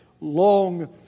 long